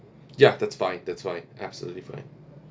ya that's fine that's fine absolutely fine